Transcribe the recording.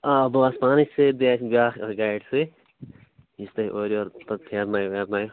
آ بہٕ آسہٕ پانَے سۭتۍ بیٚیہِ آسہِ بیٛاکھ اَکھ گایڈ سۭتۍ یُس تۄہہِ اورٕیورٕ پَتہٕ پھیرناوِو ویرناوِو